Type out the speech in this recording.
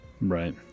Right